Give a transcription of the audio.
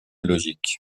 logique